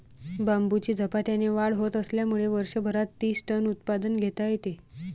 बांबूची झपाट्याने वाढ होत असल्यामुळे वर्षभरात तीस टन उत्पादन घेता येते